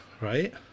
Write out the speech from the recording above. right